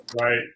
Right